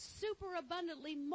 superabundantly